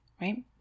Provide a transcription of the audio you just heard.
right